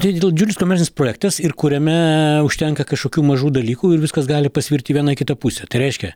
tai didžiulis komercinis projektas ir kuriame užtenka kažkokių mažų dalykų ir viskas gali pasvirti į vieną į kitą pusę tai reiškia